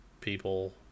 people